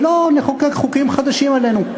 ולא נחוקק חוקים חדשים עלינו.